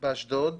באשדוד.